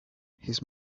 his